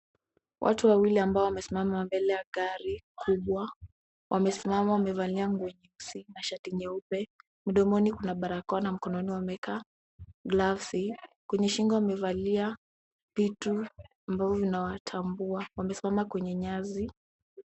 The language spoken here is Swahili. Watu wawili ambao wamesimama mbele ya gari kubwa wamesimama wamevalia nguo nyeusi na shati nyeupe mdomoni kuna barakoa na mkononi wameweka glovzi kwenye shingo wamevalia vitu vinavyowatambua na wamesimama kwenye nyasi.